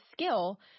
skill